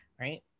right